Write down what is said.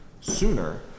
sooner